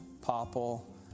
popple